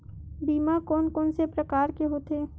बीमा कोन कोन से प्रकार के होथे?